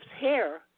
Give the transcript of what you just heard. hair